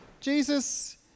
Jesus